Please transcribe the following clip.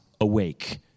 awake